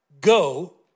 Go